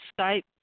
Skype